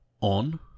on